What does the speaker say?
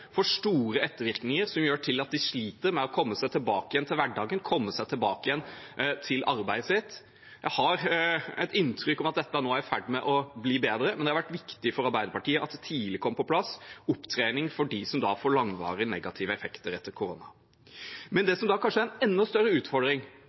får store ettervirkninger, som gjør at de sliter med å komme seg tilbake til hverdagen, komme seg tilbake til arbeidet sitt. Jeg har et inntrykk av at dette nå er i ferd med å bli bedre, men det har vært viktig for Arbeiderpartiet at det tidlig kom på plass opptrening for dem som da får langvarige negative effekter av korona. Men det